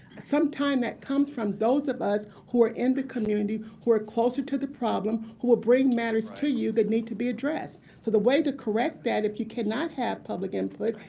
sometimes that comes from those of us who are in the community who are closer to the problem who will bring matters to you that need to be addressed. so the way to correct that, if you cannot have public input,